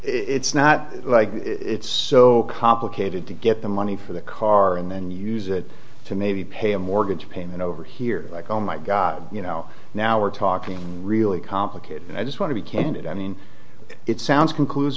it's not like it's so complicated to get the money for the car and then use it to maybe pay a mortgage payment over here like oh my god you know now we're talking really complicated and i just want to be candid i mean it sounds conclus